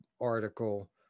article